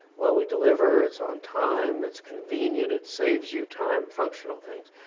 well we deliver, it's on time, it's convenient, it's saves you time, functional things.